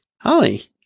Holly